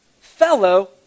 fellow